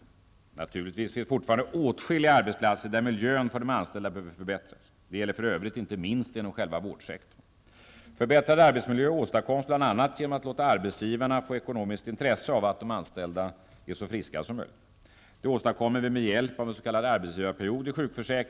Naturligtvis finns det fortfarande åtskilliga arbetsplatser där miljön för de anställda behöver förbättras. De gäller för övrigt inte minst inom själva vårdsektorn. Förbättrad arbetsmiljö åstadkoms bl.a. genom att låta arbetsgivarna få ekonomiskt intresse av att de anställda är så friska som möjligt. Det åstadkommer vi med hjälp av s.k.